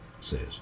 says